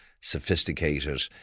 sophisticated